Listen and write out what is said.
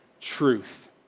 truth